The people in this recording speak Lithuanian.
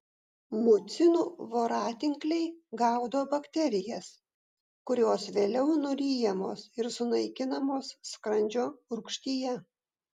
mucinų voratinkliai gaudo bakterijas kurios vėliau nuryjamos ir sunaikinamos skrandžio rūgštyje